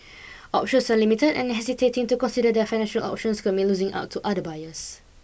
options are limited and hesitating to consider their financial options could mean losing out to other buyers